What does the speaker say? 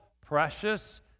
precious